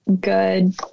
good